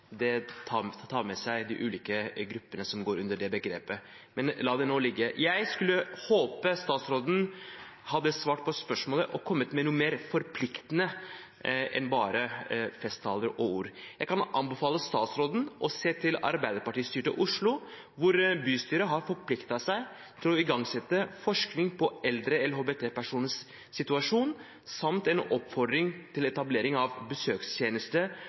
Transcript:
med seg de ulike gruppene som går under det begrepet. La nå det ligge. Jeg hadde håpet statsråden hadde svart på spørsmålet og kommet med noe mer forpliktende enn bare festtaler og ord. Jeg kan anbefale statsråden å se til Arbeiderparti-styrte Oslo, hvor bystyret har forpliktet seg til å igangsette forskning på eldre LHBT-personers situasjon samt oppfordret til etablering av besøkstjeneste